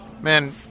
man